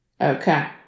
Okay